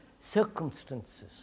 circumstances